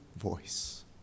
voice